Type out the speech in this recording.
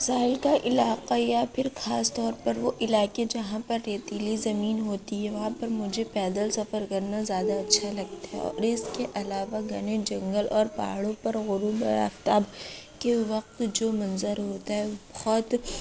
ساحل کا علاقہ یا پھر خاص طور پر وہ علاقے جہاں پر ریتیلی زمین ہوتی ہے وہاں پر مجھے پیدل سفر کرنا زیادہ اچھا لگتا ہے اور اس کے علاوہ گھنے جنگل اور پہاڑوں پر غروب آفتاب کے وقت جو منظر ہوتا ہے بہت